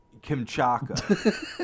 Kimchaka